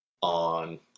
on